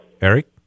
Eric